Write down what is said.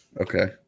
Okay